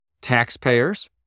taxpayers